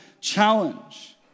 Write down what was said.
challenge